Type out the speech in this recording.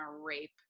rape